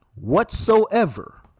whatsoever